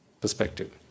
perspective